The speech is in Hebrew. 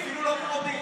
אפילו לא פרומיל.